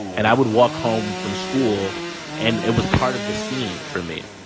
and i would walk home from school and it was part of the scene for me.